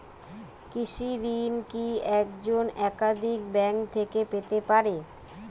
কৃষিঋণ কি একজন একাধিক ব্যাঙ্ক থেকে পেতে পারে?